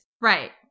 Right